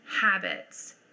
habits